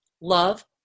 Love